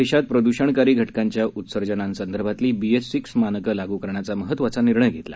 देशात प्रद्षणकारी घटकांच्या उत्सर्जनांसंदर्भातली बीएस सीक्स मानकं लागू करण्याचा महत्वाचा निर्णय घेतला